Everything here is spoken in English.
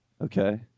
Okay